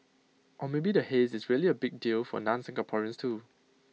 or maybe the haze is really A big deal for non Singaporeans too